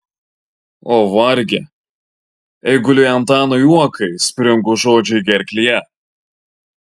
o varge eiguliui antanui uokai springo žodžiai gerklėje